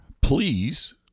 please